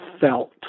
felt